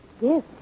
Yes